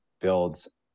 builds